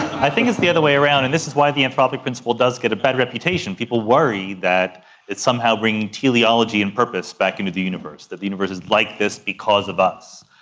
i think it's the other way around, and this is why the anthropic principle does get a bad reputation. people worry that it's somehow bringing teleology and purpose back into the universe, that the universe is like this because of us.